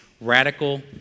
radical